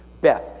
Beth